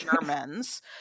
Germans